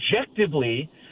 objectively